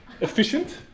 efficient